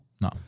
No